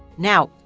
now,